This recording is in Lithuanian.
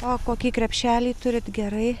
o kokį krepšelį turit gerai